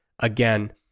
again